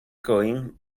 coin